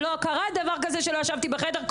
לא קרה דבר כזה שלא ישבתי בחדר,